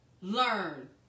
learn